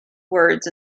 words